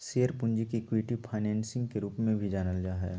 share पूंजी के equity financing के रूप में भी जानल जा हइ